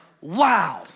wow